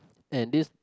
and this